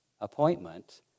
appointment